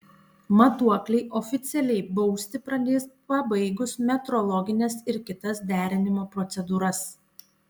matuokliai oficialiai bausti pradės pabaigus metrologines ir kitas derinimo procedūras